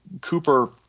Cooper